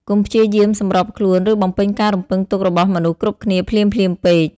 កុំព្យាយាមសម្របខ្លួន ឬបំពេញការរំពឹងទុករបស់មនុស្សគ្រប់គ្នាភ្លាមៗពេក។